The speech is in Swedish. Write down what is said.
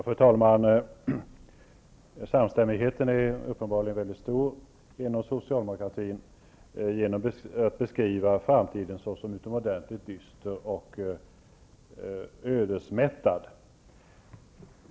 Fru talman! Samstämmigheten är uppenbarliben väldigt stor inom socialdemokratin. Man beskriver framtiden som utomordentligt dyster och ödesmättad.